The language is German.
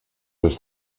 durch